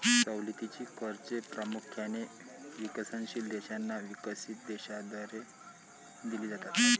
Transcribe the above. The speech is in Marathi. सवलतीची कर्जे प्रामुख्याने विकसनशील देशांना विकसित देशांद्वारे दिली जातात